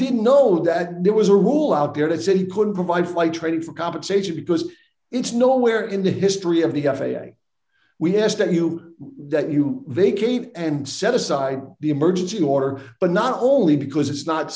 didn't know that there was a rule out there that said he couldn't provide flight training for compensation because it's nowhere in the history of the f a a we ask that you that you vacate and set aside the emergency order but not only because it's not